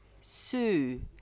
Sue